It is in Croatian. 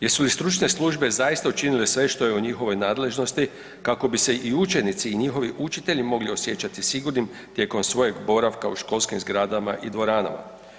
Jesu li stručne službe zaista učinile sve što je u njihovoj nadležnosti kako bi se i učenici i njihovi učitelji mogli osjećati sigurnim tijekom svojeg boravka u školskim zgradama i dvoranama.